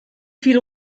fiel